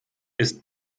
ist